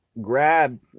grab